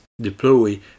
deploy